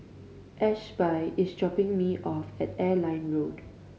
Ashby is dropping me off at Airline Road